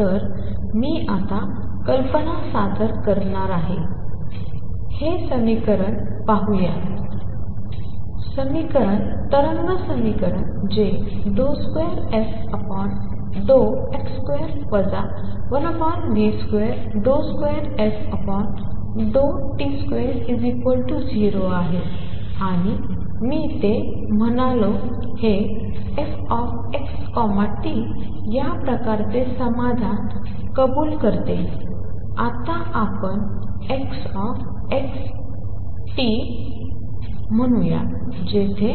तर मी आता ती कल्पना सादर करतो तर हे समीकरण पाहूया तरंग समीकरण जे 2fx2 1v22ft20 आहे आणि मी म्हणालो हे f x t या प्रकाराचे समाधान कबूल करते आता आपण X X T म्हणूया जेथे